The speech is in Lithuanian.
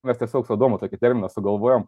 mes tiesiog su adomu tokį terminą sugalvojom